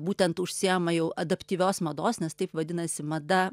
būtent užsiima jau adaptyvios mados nes taip vadinasi mada